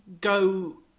go